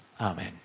Amen